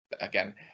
Again